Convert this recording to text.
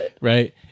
right